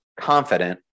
confident